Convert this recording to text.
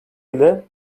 ile